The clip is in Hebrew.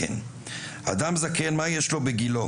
/ אדם זקן.// אדם זקן, מה יש לו בגילו?